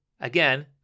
again